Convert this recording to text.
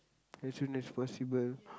as soon as possible